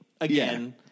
again